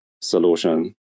solution